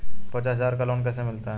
पचास हज़ार का लोन कैसे मिलता है?